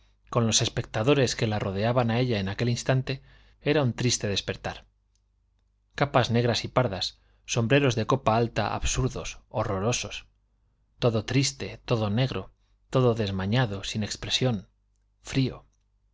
de perales con los espectadores que la rodeaban a ella en aquel instante era un triste despertar capas negras y pardas sombreros de copa alta absurdos horrorosos todo triste todo negro todo desmañado sin expresión frío